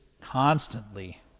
constantly